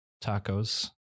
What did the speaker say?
tacos